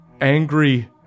angry